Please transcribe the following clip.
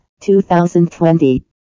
2020